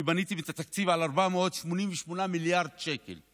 כי בניתם את התקציב על 488 מיליארד שקל,